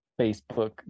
facebook